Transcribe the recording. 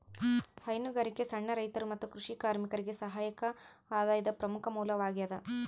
ಹೈನುಗಾರಿಕೆ ಸಣ್ಣ ರೈತರು ಮತ್ತು ಕೃಷಿ ಕಾರ್ಮಿಕರಿಗೆ ಸಹಾಯಕ ಆದಾಯದ ಪ್ರಮುಖ ಮೂಲವಾಗ್ಯದ